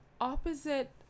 opposite